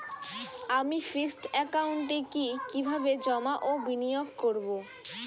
আমি ফিক্সড একাউন্টে কি কিভাবে জমা ও বিনিয়োগ করব?